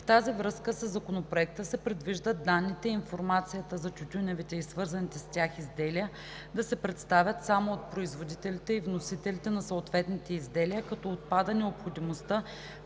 В тази връзка, със Законопроекта се предвижда данните и информацията за тютюневите и свързаните с тях изделия да се представят само от производителите и вносителите на съответните изделия, като отпада необходимостта